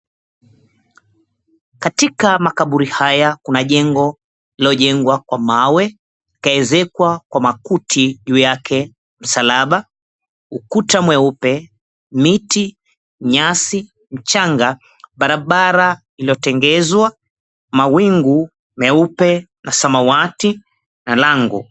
Katika makaburi haya kuna jengo lililojengwa kwa mawe, likaezekwa kwa makuti, juu yake msalaba, ukuta mweupe, miti, nyasi, mchanga, barabara iliyotengenezwa, mawingu meupe na samawati, na lango.